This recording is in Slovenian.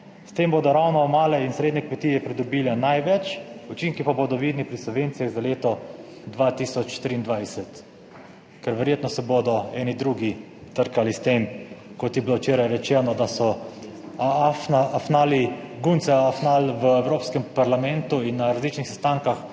S tem bodo ravno male in srednje kmetije pridobile največ, učinki pa bodo vidni pri subvencijah za leto 2023.« Ker verjetno se bodo eni drugi trkali s tem, kot je bilo včeraj rečeno, da so »afnali«, »gunce afnal« v Evropskem parlamentu in na različnih sestankih,